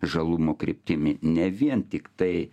žalumo kryptimi ne vien tiktai